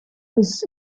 his